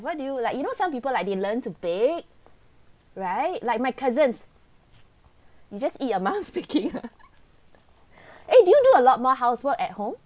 what do you like you know some people like they learn to bake right like my cousins you just eat your mom's cooking ah do you do a lot more housework at home